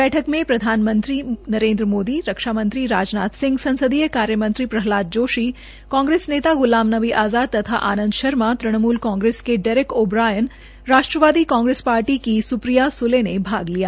बैठक में प्रधानमंत्री नरेन्द्र मोदी रक्षा मंत्री राजनाथ सिंह संसदीय कार्य मंत्री प्रह्लाद जोशी कांग्रेस नेता ग्रलाम नबी आज़ाद तथा आनंद शर्मा तृणमूल कांगेस के Derek O'Brien Rashtravadi Congress Congress Party की सुप्रिया सुले ने भाग लिया